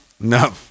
No